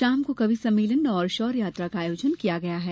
शाम को कवि सम्मेलन और शौर्य यात्रा का आयोजन किया गया है